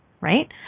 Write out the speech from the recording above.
right